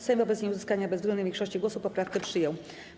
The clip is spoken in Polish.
Sejm wobec nieuzyskania bezwzględnej większości głosów poprawkę przyjął.